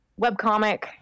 webcomic